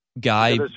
guy